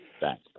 Thanks